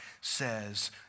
says